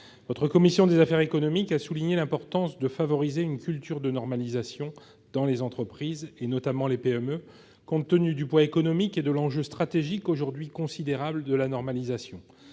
la commission des affaires économiques a souligné l'importance de favoriser une « culture de la normalisation » dans les entreprises, notamment les PME, compte tenu du poids économique et de l'enjeu stratégique aujourd'hui considérables de la normalisation.